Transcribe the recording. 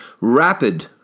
rapid